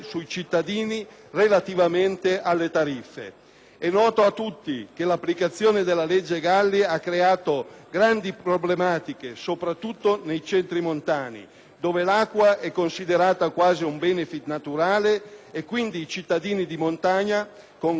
È noto a tutti che l'applicazione della legge Galli ha creato grandi problematiche, soprattutto nei centri montani dove l'acqua è considerata quasi un bene naturale; quindi i cittadini di montagna con grande difficoltà accettano di essere equiparati